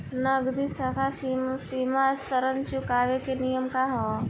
नगदी साख सीमा ऋण चुकावे के नियम का ह?